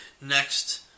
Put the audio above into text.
next